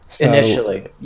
Initially